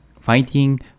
fighting